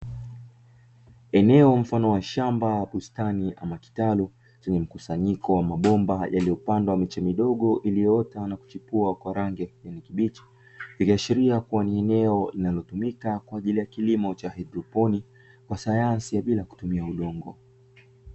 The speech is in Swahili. Eneo mfano wa shamba bustani ama kitalu, chenye mkusanyiko wa mabomba yaliyopandwa miche midogo iliyoota na kuchipua kwa rangi ya kijani kabichi, ikiashiria kuwa ni eneo linalotumika kwa ajili ya kilimo cha haidroponi, kwa sayansi ya bila kutumia udongo.